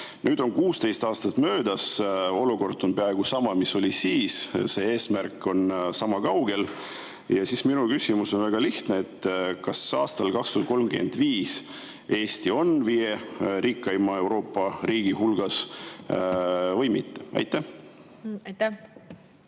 Nüüd on 16 aastat möödas, olukord on peaaegu sama, mis oli siis. See eesmärk on sama kaugel. Ja minu küsimus on väga lihtne. Kas aastal 2035 Eesti on viie rikkaima Euroopa riigi hulgas või mitte? Aitäh!